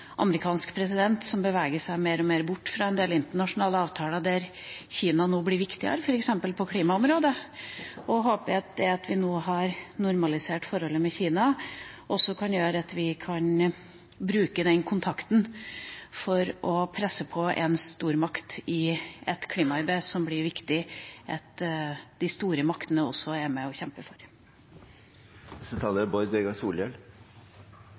amerikansk president som beveger seg mer og mer bort fra en del internasjonale avtaler der Kina nå blir viktigere, f.eks. på klimaområdet. Jeg håper at det at vi nå har normalisert forholdet til Kina, også kan gjøre at vi kan bruke den kontakten til å øve press mot en stormakt i et klimaarbeid som det er viktig at de store maktene også er med og kjemper for. Eg synest det er grunnlag for å